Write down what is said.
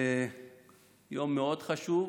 זה יום מאוד חשוב,